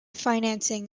financing